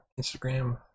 Instagram